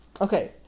okay